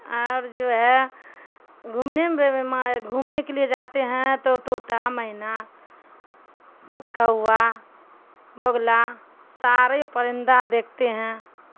اور جو ہے گھومنے میں گھومنے کے لیے جاتے ہیں تو طوطا مین کا بگلا سارے پرندہ دیکھتے ہیں